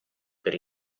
per